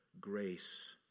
grace